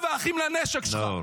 אתה ואחים לנשק שלך.